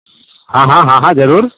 ہاں ہاں ہاں ہاں ضرور